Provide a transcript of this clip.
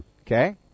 Okay